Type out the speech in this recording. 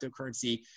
cryptocurrency